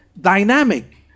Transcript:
dynamic